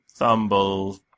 Thumble